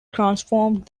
transformed